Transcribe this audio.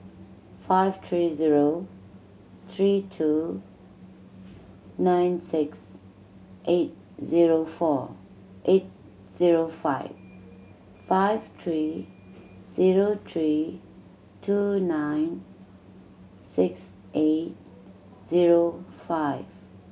five three zero three two nine six eight zero four eight zero five five three zero three two nine six eight zero five